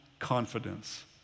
confidence